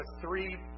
three